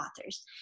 authors